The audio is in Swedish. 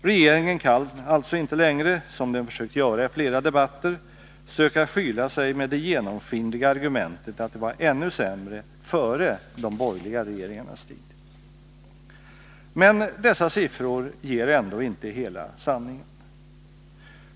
Regeringen kan alltså inte längre, som den försökt göra i flera debatter, söka skyla sig med det genomskinliga argumentet att det var ännu sämre före de borgerliga regeringarnas tid. Men dessa siffror ger ändå inte hela sanningen.